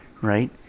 right